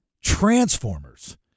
Transformers